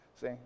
see